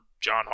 John